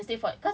for two hours